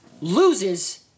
loses